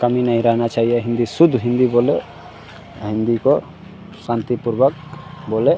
कमी नहीं रहना चाहिए हिन्दी शुद्ध हिन्दी बोलो हिन्दी को शांतिपूर्वक बोलें